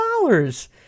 dollars